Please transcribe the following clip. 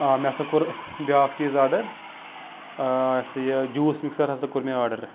آ مےٚ ہَسا کوٚر بیاکھ چیٖز آرڈَر یہِ سا یہِ جوٗس مِکسَر ہَسا کوٚر مےٚ آرڈَر